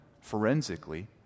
forensically